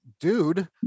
dude